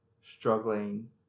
struggling